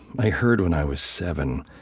i heard when i was seven,